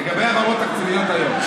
לגבי העברות תקציביות היום,